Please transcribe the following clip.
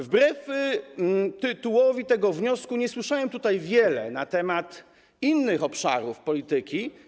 Wbrew tytułowi tego wniosku nie słyszałem tutaj wiele na temat innych obszarów polityki.